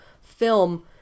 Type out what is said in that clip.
film